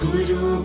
Guru